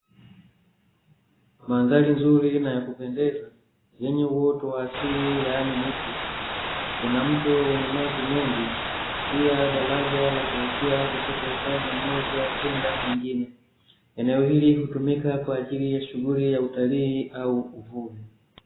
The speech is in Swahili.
Mandhari nzuri na ya kupendeza yenye uoto wa asili yaani miti, kuna mto wenye maji mengi pia daraja la kuvukia kutoka upande mmoja kwenda mwingine. Eneo hili hutumika kwa ajili ya shughuli ya utalii au uvuvi.